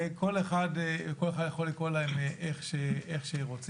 וכל אחד יכול לקרוא להם איך שהוא רוצה.